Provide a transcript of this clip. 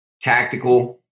tactical